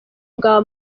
bwa